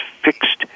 fixed